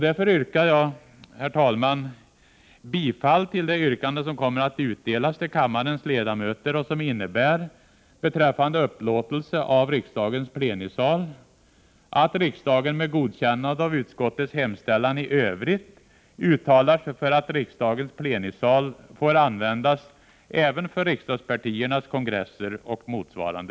Därför yrkar jag, herr talman, bifall till det yrkande som kommer att utdelas till kammarens ledamöter och som innebär följande: